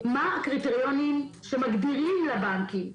מה הקריטריונים שמגדירים לבנקים?